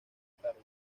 tarde